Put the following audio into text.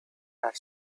had